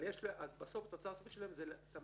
אבל בסוף התוצאה הסופית היא שזה מעכב